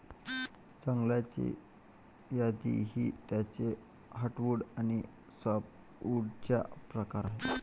जंगलाची यादी ही त्याचे हर्टवुड आणि सॅपवुडचा प्रकार आहे